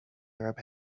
arab